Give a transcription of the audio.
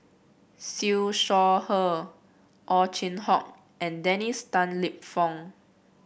Siew Shaw Her Ow Chin Hock and Dennis Tan Lip Fong